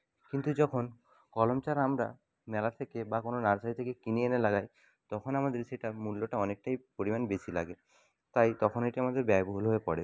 কিন্তু যখন কলম চারা আমরা মেলা থেকে বা কোনো নার্সারি থেকে কিনে এনে লাগাই তখন আমাদের সেটার মূল্যটা অনেকটাই পরিমাণ বেশি লাগে তাই তখন এটি আমাদের ব্যয়বহুল হয়ে পড়ে